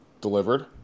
delivered